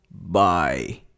Bye